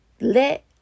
Let